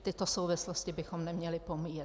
Tyto souvislosti bychom neměli pomíjet.